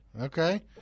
Okay